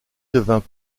devint